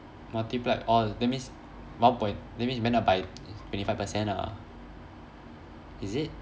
multiplied orh that means one point that means it went up by twenty five percent ah is it